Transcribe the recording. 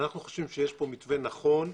אנחנו חושבים שיש פה מתווה נכון,